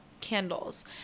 candles